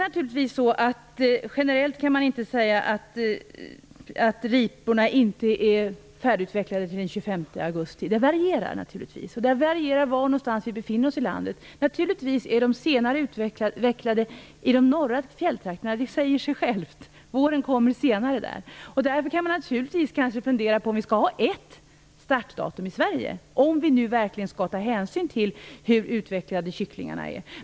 Generellt kan man naturligtvis inte säga att ripor inte är färdigutvecklade till den 25 augusti, eftersom det varierar beroende på vilken del av landet det är fråga om. Givetvis utvecklas riporna senare i de norra fjälltrakterna. Det säger sig självt, eftersom våren kommer senare där. Därför kan man fundera över om det skall vara ett startdatum i Sverige, om vi nu verkligen skall ta hänsyn till hur utvecklade kycklingarna är.